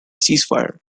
ceasefire